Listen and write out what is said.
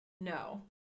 No